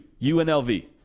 UNLV